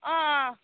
অঁ